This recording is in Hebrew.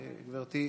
חבר הכנסת עוזי דיין,